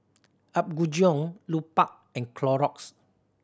Apgujeong Lupark and Clorox